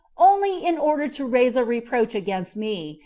only in order to raise a reproach against me,